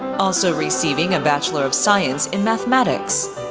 also receiving a bachelor of science in mathematics.